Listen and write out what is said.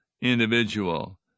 individual